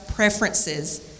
preferences